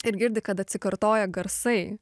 ir girdi kad atsikartoja garsai